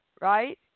Right